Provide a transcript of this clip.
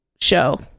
show